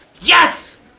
Yes